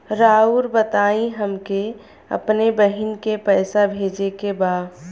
राउर बताई हमके अपने बहिन के पैसा भेजे के बा?